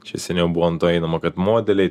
čia seniau buvo ant to einama kad modeliai